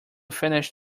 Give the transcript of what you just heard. finish